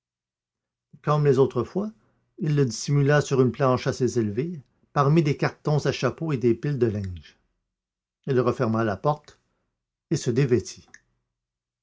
comme les autres fois il le dissimula sur une planche assez élevée parmi des cartons à chapeau et des piles de linge il referma la porte et se dévêtit